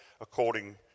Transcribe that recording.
according